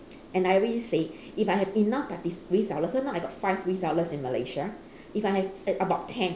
and I already say if I have enough parti~ reseller so now I got five resellers in malaysia if I have a~ about ten